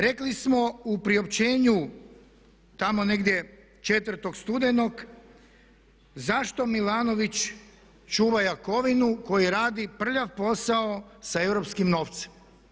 Rekli smo u priopćenju tamo negdje 4. studenog zašto Milanović čuva Jakovinu koji radi prljav posao sa europskim novcem.